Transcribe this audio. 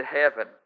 heaven